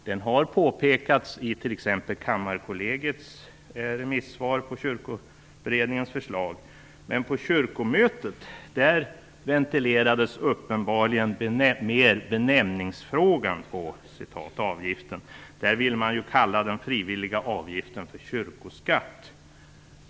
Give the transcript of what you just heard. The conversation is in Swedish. Den har uppmärksammats i t.ex. Kammarkollegiets remissvar på Kyrkoberedningens förslag, men på kyrkomötet ventilerades uppenbarligen mer frågan om benämningen på avgiften. Där ville man kalla den frivilliga avgiften för kyrkoskatt.